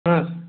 ಹಾಂ ಸರ್